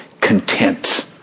content